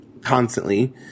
constantly